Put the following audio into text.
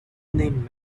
named